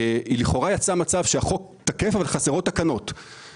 לכאורה יצא מצב שהחוק תקף אבל חסרות תקנות,